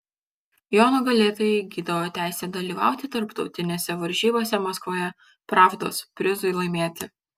jo nugalėtojai įgydavo teisę dalyvauti tarptautinėse varžybose maskvoje pravdos prizui laimėti